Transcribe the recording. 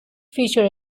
feature